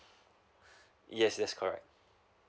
yes yes correct